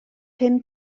pum